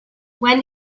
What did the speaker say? when